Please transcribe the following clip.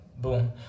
boom